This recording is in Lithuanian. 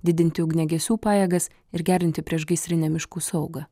didinti ugniagesių pajėgas ir gerinti priešgaisrinę miškų saugą